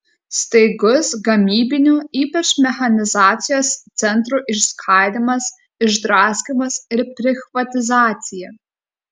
staigus gamybinių ypač mechanizacijos centrų išskaidymas išdraskymas ir prichvatizacija